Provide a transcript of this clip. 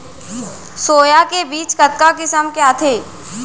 Soya के बीज कतका किसम के आथे?